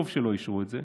טוב שלא אישרו את זה.